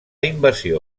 invasió